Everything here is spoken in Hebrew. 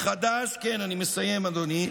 כן, אני מסיים, אדוני.